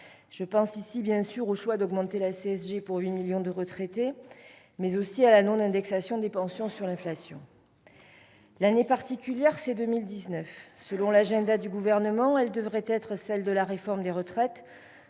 Je pense ici au choix d'augmenter la CSG pour 8 millions de retraités et à la non-indexation des pensions sur l'inflation. L'année particulière, c'est 2019 : selon l'agenda du Gouvernement, elle devrait être celle de la réforme des retraites,